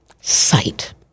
sight